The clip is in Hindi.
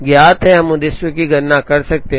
ज्ञात है हम उद्देश्यों की गणना कर सकते हैं